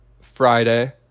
Friday